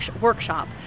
workshop